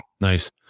nice